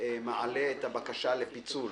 מעלה את הבקשה לפיצול